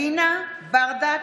אלינה ברדץ'